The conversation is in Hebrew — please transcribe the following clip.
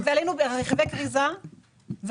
עלינו גם ברכבי כריזה וב-IVI.